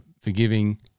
forgiving